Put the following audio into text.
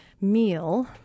meal